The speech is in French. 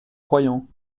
croyant